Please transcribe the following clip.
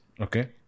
Okay